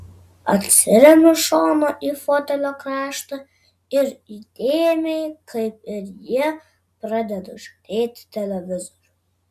atsiremiu šonu į fotelio kraštą ir įdėmiai kaip ir jie pradedu žiūrėti televizorių